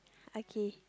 okay